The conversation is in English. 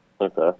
Okay